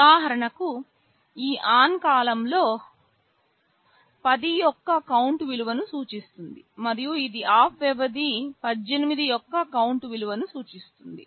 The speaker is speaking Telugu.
ఉదాహరణకు ఈ ON కాలం 10 యొక్క కౌంట్ విలువను సూచిస్తుంది మరియు ఇది OFF వ్యవధి 18 యొక్క కౌంట్ విలువను సూచిస్తుంది